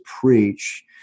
preach